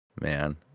Man